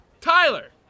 Tyler